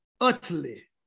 utterly